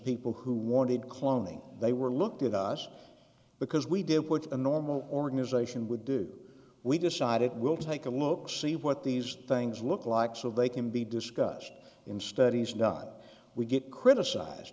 people who wanted cloning they were looked at us because we did put a normal organization would do we decide it will take a look see what these things look like so they can be discussed in studies done we get criticized